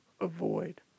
avoid